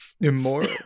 Immoral